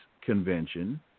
convention